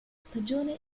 stagione